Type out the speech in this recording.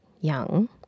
young